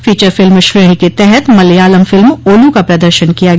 फोचर film श्रेणी के तहत मलयालम फिल्म ओलू का प्रदर्शन किया गया